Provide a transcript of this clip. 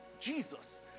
Jesus